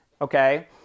okay